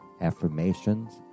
affirmations